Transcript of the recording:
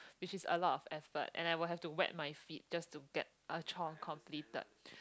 which is a lot of effort and I will have to wet my feet just to get a chore completed